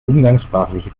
umgangssprachliche